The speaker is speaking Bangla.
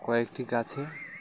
কয়েকটি গাছে